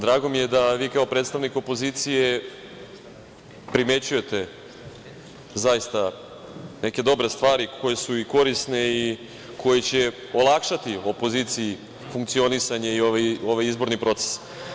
Drago mi je da vi kao predstavnik opozicije primećujete zaista neke dobre stvari koje su i korisne i koje će olakšati opoziciji funkcionisanje i ovaj izborni proces.